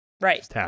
Right